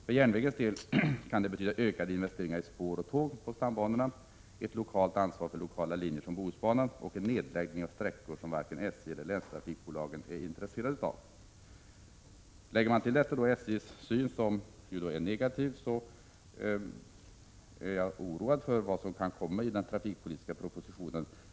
För järnvägens del kan det betyda ökade investeringar i spår och tåg på stambanorna, ett lokalt ansvar för lokala linjer som Bohusbanan och en nedläggning av sträckor som varken SJ eller länstrafikbolagen är intresserade av. Lägger man till detta SJ:s syn, som är negativ, är jag oroad för vad som kan komma i den trafikpolitiska propositionen.